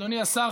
אדוני השר,